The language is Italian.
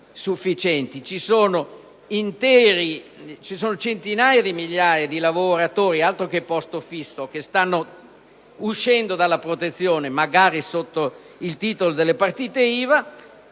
ci sono centinaia di migliaia di lavoratori (altro che posto fisso!) che stanno uscendo dalla protezione, magari sotto il titolo delle partite IVA: